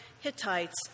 Hittites